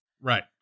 Right